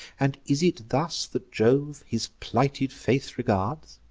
and is it thus that jove his plighted faith regards?